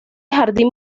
jardín